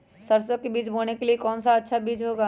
सरसो के बीज बोने के लिए कौन सबसे अच्छा बीज होगा?